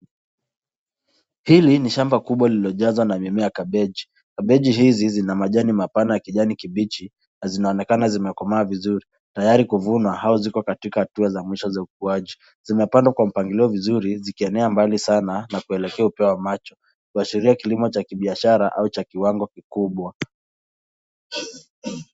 Hili ni shamba kubwa lililojazwa na mimea ya kabeji. Kabeji hizi zina majani mapana ya kijani kibichi na zinaonekana zimekomaa vizuri tayari kuvunwa au ziko katika hatua za mwisho za ukuaji. Zimepandwa kwa mpangilio vizuri zikienea mbali sana na kuelekea upeo wa macho kuashiria kilimo cha biashara au cha kiwango kikubwa.